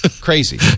crazy